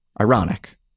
ironic